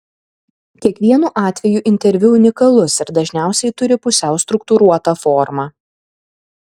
kiekvienu atveju interviu unikalus ir dažniausiai turi pusiau struktūruotą formą